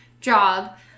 job